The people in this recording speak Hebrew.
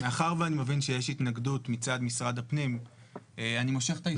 מאחר שאני מבין שיש התנגדות מצד משרד הפנים אני מושך את ההסתייגות.